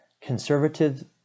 Conservative